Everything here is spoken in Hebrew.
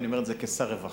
ואני אומר את זה כשר הרווחה,